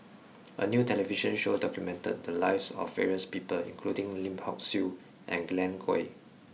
a new television show documented the lives of various people including Lim Hock Siew and Glen Goei